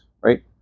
right